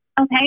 Okay